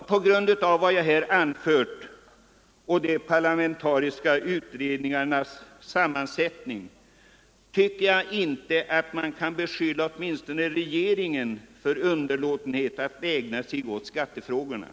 Med hänsyn till vad jag här anfört och med tanke på de parlamentariska utredningarnas sammansättning tycker jag inte att man kan beskylla regeringen för underlåtenhet att ägna sig åt skattefrågorna.